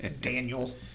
Daniel